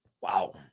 Wow